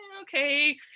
okay